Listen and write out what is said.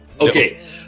Okay